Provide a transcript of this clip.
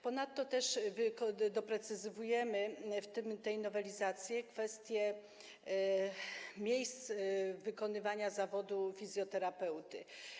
Ponadto doprecyzowujemy w tej nowelizacji kwestię miejsc wykonywania zawodu fizjoterapeuty.